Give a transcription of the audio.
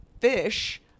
fish